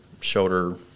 shoulder